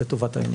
לטובת העניין.